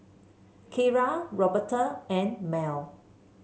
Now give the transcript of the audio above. Keira Roberta and Mell